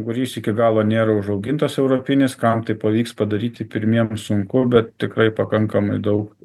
kuris iki galo nėra užaugintas europinis kam tai pavyks padaryti pirmiem sunku bet tikrai pakankamai daug